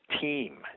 team